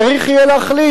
צריך יהיה להחליט.